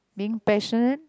being patient